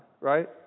right